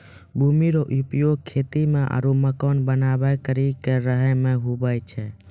भूमि रो उपयोग खेती मे आरु मकान बनाय करि के रहै मे हुवै छै